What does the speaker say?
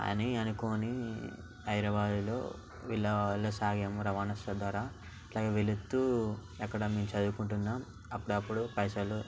అని అనుకోని హైదరాబాదులో వెళ్ళ వెళ్ళ సాగాము రవాణా సౌ ద్వారా అట్లాగే వెళుతూ అక్కడ మేము చదువుకుంటున్నాం అప్పుడఅప్పుడు పైసలు